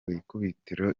ikubitiro